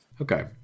Okay